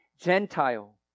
Gentile